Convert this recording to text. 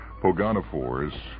pogonophores